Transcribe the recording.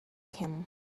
him